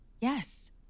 Yes